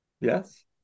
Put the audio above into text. Yes